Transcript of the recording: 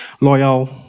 loyal